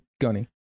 Gunny